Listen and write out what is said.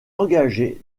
engagé